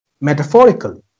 metaphorically